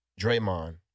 Draymond